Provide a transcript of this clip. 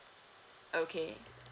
okay